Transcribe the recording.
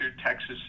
Texas